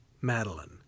Madeline